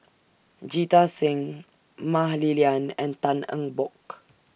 Jita Singh Mah Li Lian and Tan Eng Bock